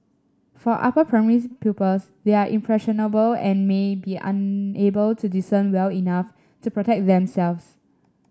for upper primary pupils they are impressionable and may be unable to discern well enough to protect themselves